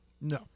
No